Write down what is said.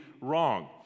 wrong